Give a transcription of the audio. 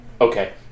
Okay